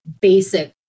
basic